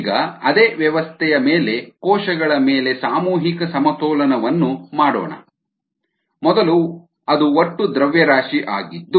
ಈಗ ಅದೇ ವ್ಯವಸ್ಥೆಯ ಮೇಲೆ ಕೋಶಗಳ ಮೇಲೆ ಸಾಮೂಹಿಕ ಸಮತೋಲನವನ್ನು ಮಾಡೋಣ ಮೊದಲು ಅದು ಒಟ್ಟು ದ್ರವ್ಯರಾಶಿ ಆಗಿದ್ದು